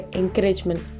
encouragement